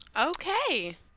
Okay